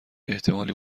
احتمالی